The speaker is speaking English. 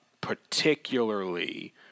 particularly